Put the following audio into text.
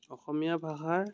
অসমীয়া ভাষাৰ